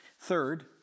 Third